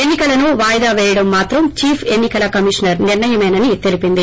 ఎన్నికలను వాయిదా వేయడం మాత్రం చీఫ్ ఎన్స్ కల కమిషనర్ నిర్ణయమేనని తెలిపింది